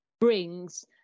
brings